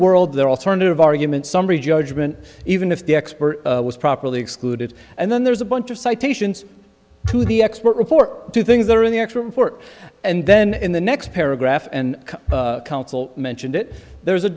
world their alternative argument summary judgment even if the expert was properly excluded and then there's a bunch of citations to the expert report two things that are in the actual report and then in the next paragraph and counsel mentioned it there was a